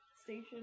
Station